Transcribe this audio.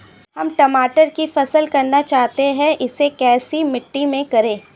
हम टमाटर की फसल करना चाहते हैं इसे कैसी मिट्टी में करें?